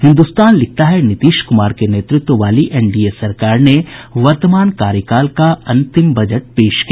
हिन्दुस्तान लिखता है नीतीश कुमार के नेतृत्व वाली एनडीए सरकार ने वर्तमान कार्यकाल का अंतिम बजट पेश किया